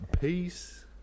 Peace